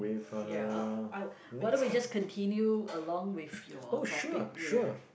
ya I I why don't we just continue along with your topic yeah